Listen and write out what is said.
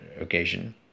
occasion